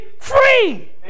free